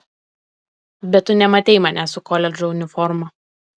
bet tu nematei manęs su koledžo uniforma